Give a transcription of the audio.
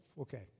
okay